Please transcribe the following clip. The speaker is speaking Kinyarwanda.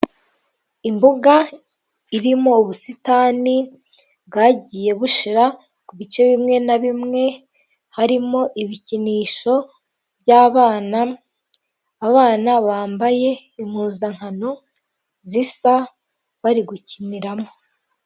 Imbuga irimo ubusitani bwagiye bushira ku bice bimwe na bimwe harimo ibikinisho by'abana abana bambaye impuzankano zisa bari gukiniramo.